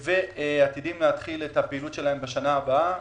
ועתידים להתחיל את הפעילות שלהם בשנה הבאה.